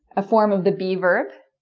ah form of the be verb